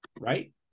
right